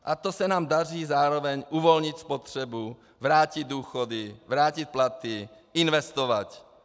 A to se nám daří zároveň uvolnit spotřebu, vrátit důchody, vrátit platy, investovat.